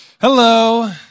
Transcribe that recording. Hello